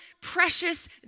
precious